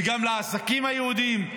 וגם לעסקים היהודיים.